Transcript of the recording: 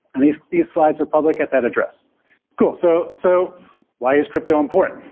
and these these slides are public at that address cool, so so why is crypto important?